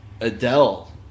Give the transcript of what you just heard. Adele